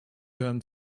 hören